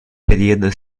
periodo